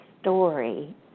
story